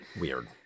weird